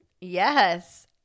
Yes